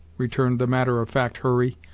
returned the matter-of-fact hurry,